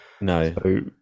No